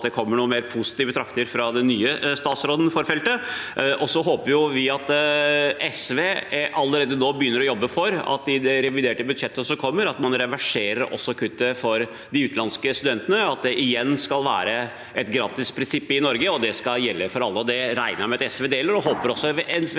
det kommer noen mer positive takter fra den nye statsråden på feltet. Så håper vi at SV allerede nå begynner å jobbe for at man i det reviderte budsjettet som kommer, også reverserer kuttet til de utenlandske studentene – at det igjen skal være et gratisprinsipp i Norge, og at det skal gjelde for alle. Det synet regner jeg med at SV deler, og jeg håper SV